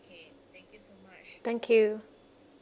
thank you